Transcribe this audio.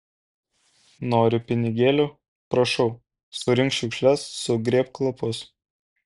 nori pinigėlių prašau surink šiukšles sugrėbk lapus